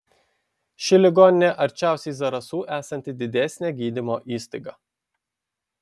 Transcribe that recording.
ši ligoninė arčiausiai zarasų esanti didesnė gydymo įstaiga